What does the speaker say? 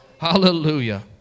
Hallelujah